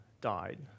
died